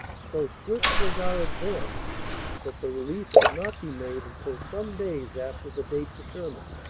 so swift was our advance that the relief could not be made until some days after the date determined.